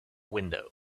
window